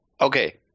Okay